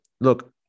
look